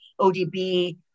ODB